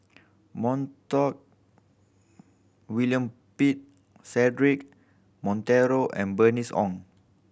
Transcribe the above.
William Pett Cedric Monteiro and Bernice Ong